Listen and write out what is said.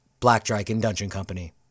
BlackDragonDungeonCompany